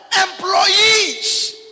employees